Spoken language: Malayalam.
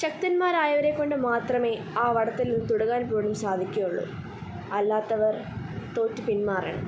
ശക്തന്മാരായവരെ കൊണ്ടു മാത്രമേ ആ വടത്തിലൊന്ന് തൊടുകാൻ പോലും സാധിക്കുകയുള്ളു അല്ലാത്തവർ തോറ്റു പിന്മാറണം